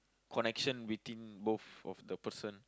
connection between both of the person